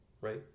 right